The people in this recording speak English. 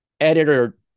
editor